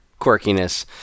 quirkiness